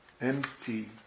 empty